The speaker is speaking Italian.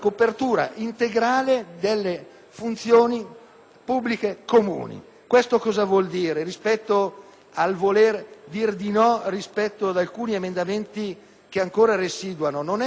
pubbliche comuni. Questo cosa vuol dire rispetto a dire di no ad alcuni emendamenti che ancora residuano? Non è un no di contrarietà: